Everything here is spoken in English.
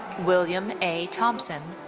william a. thompson.